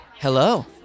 Hello